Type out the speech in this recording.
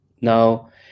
Now